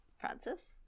Francis